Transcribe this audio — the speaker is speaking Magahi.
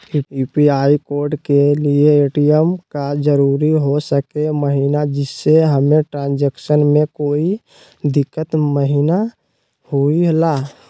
यू.पी.आई कोड के लिए ए.टी.एम का जरूरी हो सके महिना जिससे हमें ट्रांजैक्शन में कोई दिक्कत महिना हुई ला?